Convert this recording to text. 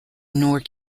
nor